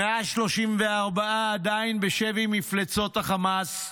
134 עדיין בשבי מפלצות החמאס,